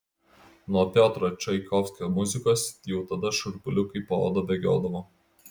nuo piotro čaikovskio muzikos jau tada šiurpuliukai po oda bėgiodavo